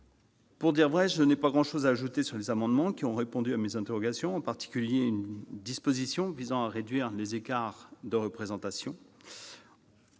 vrai dire, je n'ai pas grand-chose à ajouter sur les amendements, qui ont répondu à mes interrogations. Je pense en particulier à une disposition visant à réduire les écarts de représentation.